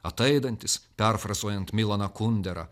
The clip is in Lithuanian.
ataidantis perfrazuojant milaną kunderą